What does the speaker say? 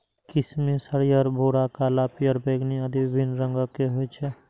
किशमिश हरियर, भूरा, काला, पीयर, बैंगनी आदि विभिन्न रंगक होइ छै